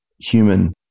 human